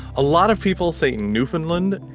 a lot of people say new-fin-land,